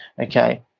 okay